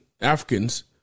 Africans